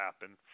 happen